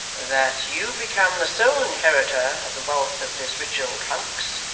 that you become the sole inheritor of the wealth of this rich old hunks,